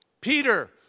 Peter